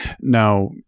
Now